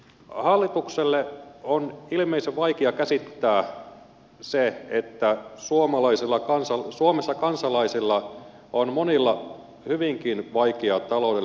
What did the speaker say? hallituksen on ilmeisen vaikea käsittää sitä että suomessa monilla kansalaisilla on hyvinkin vaikea taloudellinen tilanne